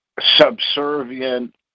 subservient